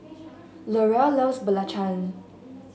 Larae loves belacan